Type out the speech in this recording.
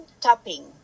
Topping